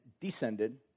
descended